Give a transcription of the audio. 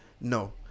No